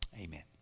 Amen